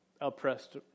oppressed